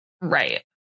Right